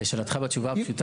אז לשאלתך תשובה פשוטה.